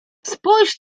spójrz